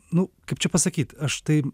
nu kaip čia pasakyt aš tai